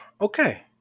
okay